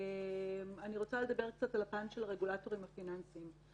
אני רוצה לדבר על הפן של הרגולטורים הפיננסיים.